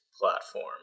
platform